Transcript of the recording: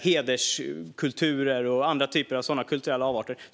hederskulturer och andra typer av kulturella avarter.